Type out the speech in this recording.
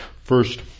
first